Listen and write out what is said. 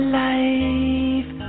life